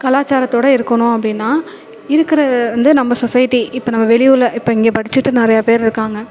கலாச்சாரத்தோட இருக்கணும் அப்படினா இருக்கிற வந்து நம்ம சொஸைட்டி இப்போ நம்ம வெளி ஊர்ல இப்போ இங்கே படிச்சிட்டு நிறையா பேர் இருக்காங்கள்